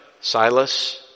Silas